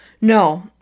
No